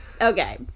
Okay